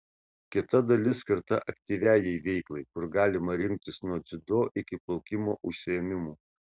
kita dalis skirta aktyviajai veiklai kur galima rinktis nuo dziudo iki plaukimo užsiėmimų